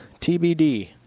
tbd